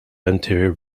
anterior